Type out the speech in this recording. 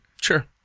Sure